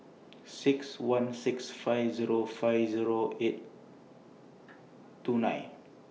six one six five Zero five Zero eight two nine